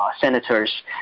Senators